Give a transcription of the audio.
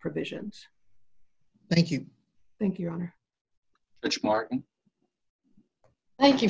provisions thank you thank you it's martin thank you